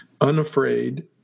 Unafraid